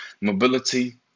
mobility